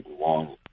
long